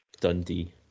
Dundee